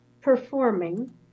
performing